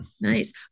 Nice